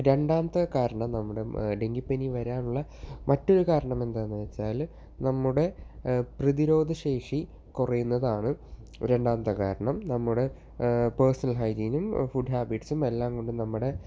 രണ്ടാമത്തെ കാരണം നമ്മുടെ ഡെങ്കി പനി വരാനുള്ള മറ്റൊരു കാരണം എന്താന്നു വെച്ചാൽ നമ്മുടെ പ്രതിരോധശേഷി കുറയുന്നതാണ് രണ്ടാമത്തെ കാരണം നമ്മുടെ പേഴ്സണൽ ഹൈജീനും ഫുഡ് ഹാബിറ്റ്സും എല്ലാം കൊണ്ട് നമ്മുടെ